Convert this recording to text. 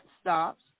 stops